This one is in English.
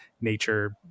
nature